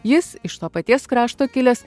jis iš to paties krašto kilęs